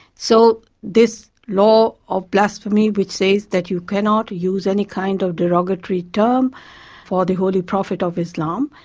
so this law of blasphemy which says that you cannot use any kind of derogatory term for the holy prophet of islam,